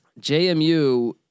JMU